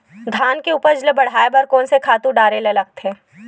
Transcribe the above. धान के उपज ल बढ़ाये बर कोन से खातु डारेल लगथे?